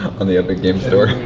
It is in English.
on the epic store.